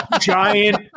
giant